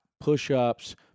Push-ups